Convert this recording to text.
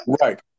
Right